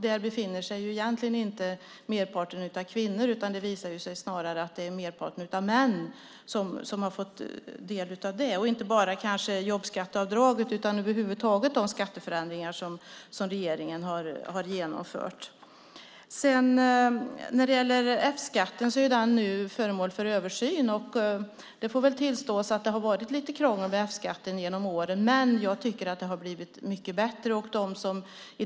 Där befinner sig egentligen inte merparten kvinnor. Det är snarare mest män som har fått del av den. Det gäller inte bara jobbskatteavdraget utan över huvud taget de skatteförändringar som regeringen har genomfört. F-skatten är nu föremål för översyn. Det får väl tillstås att det har varit lite krångel med F-skatten genom åren, men jag tycker att det har blivit mycket bättre.